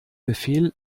befehl